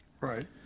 Right